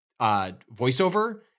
voiceover